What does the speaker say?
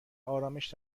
آرامش